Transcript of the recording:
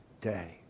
day